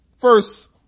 First